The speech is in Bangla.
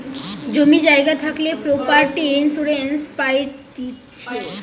জমি জায়গা থাকলে প্রপার্টি ইন্সুরেন্স পাইতিছে